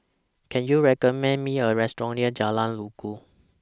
Can YOU recommend Me A Restaurant near Jalan Inggu